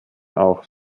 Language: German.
auch